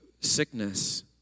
sickness